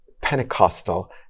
Pentecostal